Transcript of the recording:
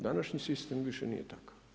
Današnji sistem više nije takav.